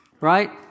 right